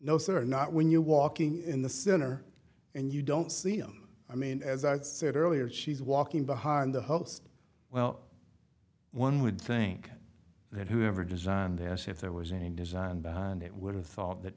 no sir not when you're walking in the center and you don't see him i mean as i said earlier she's walking behind the host well one would think that whoever designed this if there was any design behind it would